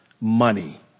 money